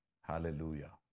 Hallelujah